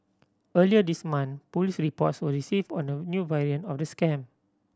earlier this month police reports were received on a new variant of the scam